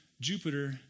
Jupiter